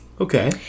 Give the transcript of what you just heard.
Okay